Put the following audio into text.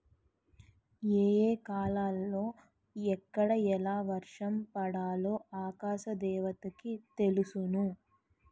ఏ ఏ కాలాలలో ఎక్కడ ఎలా వర్షం పడాలో ఆకాశ దేవతకి తెలుసును